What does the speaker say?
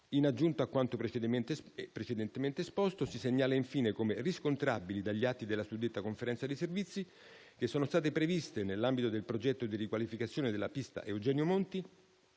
In aggiunta a quanto precedentemente esposto, si segnala infine come riscontrabili dagli atti della suddetta Conferenza dei servizi che sono state previste, nell'ambito del progetto di riqualificazione della pista «Eugenio Monti»,